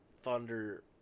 Thunder